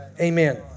Amen